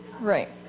Right